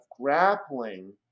grappling